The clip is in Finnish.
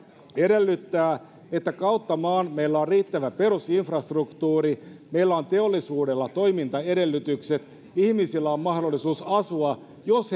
edellyttää että kautta maan meillä on riittävä perusinfrastruktuuri meillä on teollisuudella toimintaedellytykset ja ihmisillä mahdollisuus asua jos